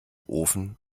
ofen